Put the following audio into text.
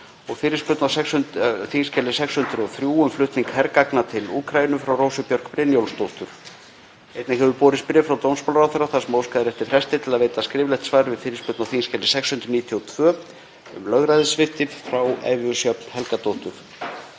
og fyrirspurn á þskj. 603, um flutning hergagna til Úkraínu, frá Rósu Björk Brynjólfsdóttur. Einnig hefur borist bréf frá dómsmálaráðherra þar sem óskað er eftir fresti til að veita skriflegt svar við fyrirspurn á þskj. 692, um lögræðissvipta, frá Evu Sjöfn Helgadóttur.